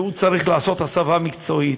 וצריך לעשות הסבה מקצועית,